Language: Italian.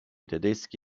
tedeschi